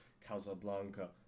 Casablanca